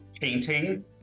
painting